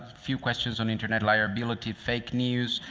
few questions on internet liability, fake news,